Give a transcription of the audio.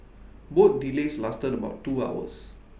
both delays lasted about two hours